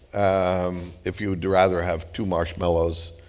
um if you'd rather have two marshmallows